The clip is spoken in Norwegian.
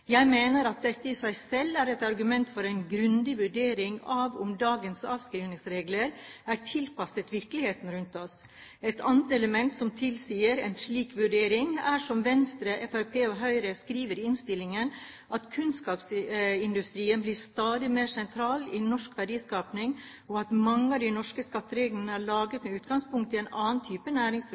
Jeg mener at dette i seg selv er et argument for en grundig vurdering av om dagens avskrivningsregler er tilpasset virkeligheten rundt oss. Et annet element som tilsier en slik vurdering, er, som Venstre, Fremskrittspartiet og Høyre skriver i innstillingen: «Kunnskapsindustrien blir stadig mer sentral i norsk verdiskaping», og mange av de norske skattereglene er laget med utgangspunkt i en annen type